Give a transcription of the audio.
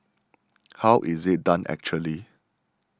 how is it done actually